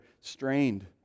strained